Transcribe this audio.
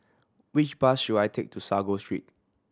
which bus should I take to Sago Street